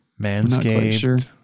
Manscaped